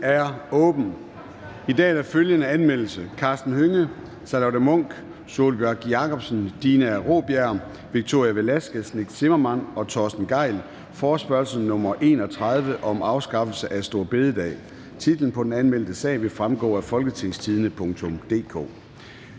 I dag er der følgende anmeldelser: